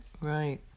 right